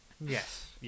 Yes